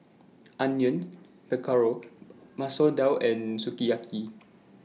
Onion Pakora Masoor Dal and Sukiyaki